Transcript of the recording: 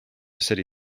city